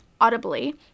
audibly